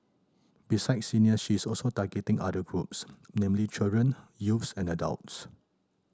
besides seniors she is also targeting other groups namely children youth and adults